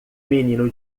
menino